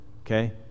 okay